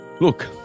Look